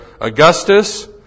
Augustus